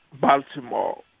Baltimore